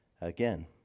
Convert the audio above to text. again